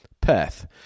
Perth